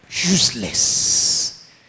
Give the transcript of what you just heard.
Useless